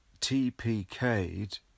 TPK'd